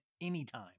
anytime